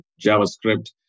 JavaScript